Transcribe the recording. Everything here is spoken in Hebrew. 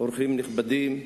אורחים נכבדים,